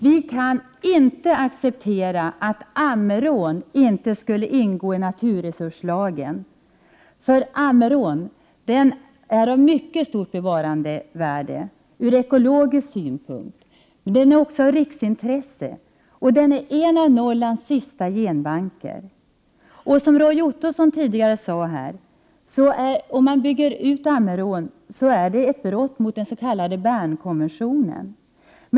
Vi kan inte acceptera att Ammerån inte skulle ingå i naturresurslagen, för Ammerån har ett mycket stort bevarandevärde från ekologisk synpunkt. Den är också av riksintresse och är en av Norrlands sista genbanker. Bygger man ut Ammerån, innebär det, som Roy Ottosson nyss sade, ett brott mot Bernkonventionen.